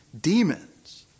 demons